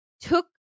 took